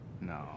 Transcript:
No